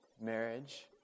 marriage